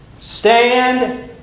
stand